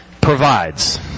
provides